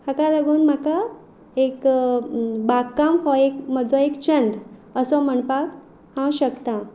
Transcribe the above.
हका लागून म्हाका एक बागकाम हो एक म्हजो एक छंद असो म्हणपाक हांव शकता